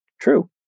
true